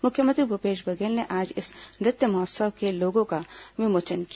मुख्यमंत्री भूपेश बधेल ने आज इस नृत्य महोत्सव के लोगो का विमोचन किया